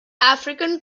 african